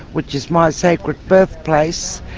which is my sacred birth place,